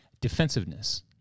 defensiveness